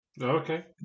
Okay